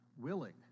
willing